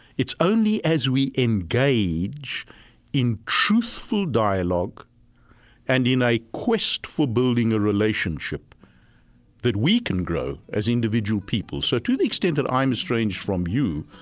it's only as we engage in truthful dialogue and in a quest for building a relationship that we can grow as individual people. so to the extent of i am estranged from you,